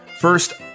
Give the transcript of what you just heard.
First